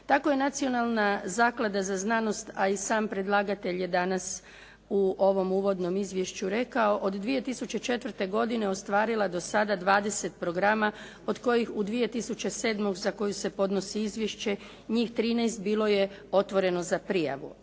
Tako je Nacionalna zaklada za znanost, a i sam predlagatelj je danas u ovom uvodnom izvješću rekao, od 2004. godine ostvarila do sada 20 programa od kojih u 2007. za koju se podnosi izvješće njih 13 bilo je otvoreno za prijavu.